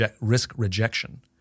risk-rejection